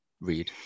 read